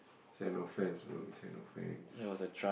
it's an offence bro it's an offence